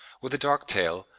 with a dark tail,